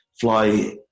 Fly